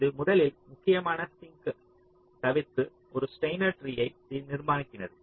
இது முதலில் முக்கியமான சிங்க் ஐ தவிர்த்து ஒரு ஸ்டெய்னர் ட்ரீ யை நிர்மாணிக்கிறது